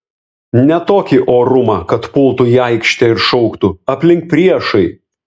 ne tokį orumą kad pultų į aikštę ir šauktų aplink priešai